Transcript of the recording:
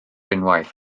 unwaith